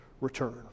return